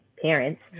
parents